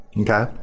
okay